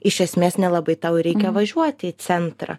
iš esmės nelabai tau ir reikia važiuoti į centrą